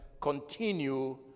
continue